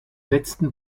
letzten